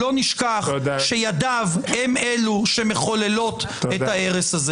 לא נשכח שידיו הן אלו שמחוללות את ההרס הזה.